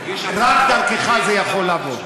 רק דרכך זה יכול לעבור.